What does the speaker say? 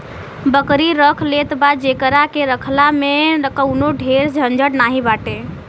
बकरी रख लेत बा जेकरा के रखला में कवनो ढेर झंझट नाइ बाटे